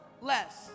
less